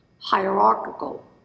hierarchical